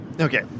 Okay